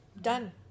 Done